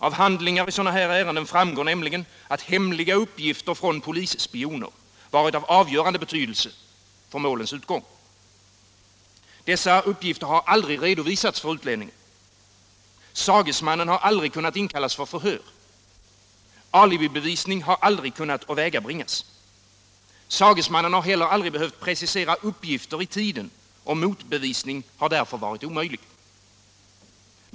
Av handlingar i sådana här ärenden framgår att hemliga uppgifter från polisspioner haft avgörande betydelse för målets utgång. Dessa uppgifter har aldrig redovisats för utlänningen. Sagesmannen har aldrig kunnat inkallas till förhör, och alibibevisning har inte kunnat åvägabringas. Sagesmannen har heller aldrig behövt precisera uppgifter i tiden, och motbevisning har därför varit omöjlig.